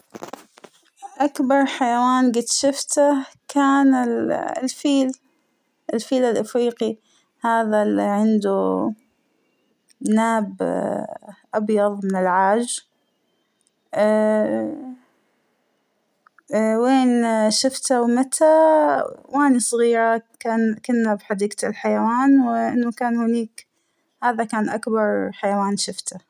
أكبر حيوان جيت شفته كان الفيل ، الفيل الإفريقى هذا اللى عنده ناب أبيض من العاج وين شفته ومتى اا- وأنى صغيرة كان - كنا بحديقة الحيوان وإنه كان هونيك ، هذا كان أكبر حيوان شفته.